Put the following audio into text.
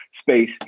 space